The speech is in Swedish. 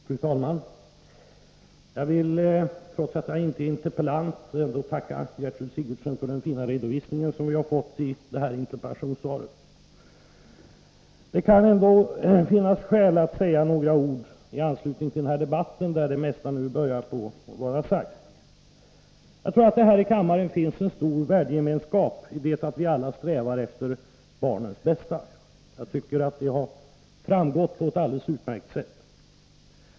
Fru talman! Jag vill, trots att jag inte är interpellant, tacka Gertrud Sigurdsen för den fina redovisning som vi har fått i detta interpellationssvar. Det kan ändå finnas skäl att säga några ord i anslutning till denna debatt, där det mesta nu börjar vara sagt. Jag tror att det här i kammaren finns en stor värdegemenskap, i det att vi alla strävar efter barnens bästa. Det har framgått på ett alldeles utmärkt sätt.